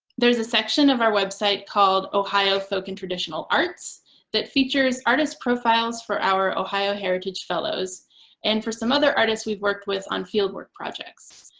there's a section of our website called ohio folk and traditional arts that features artist profiles for our ohio heritage fellows and for some other artists we've worked with on field work projects.